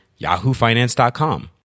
yahoofinance.com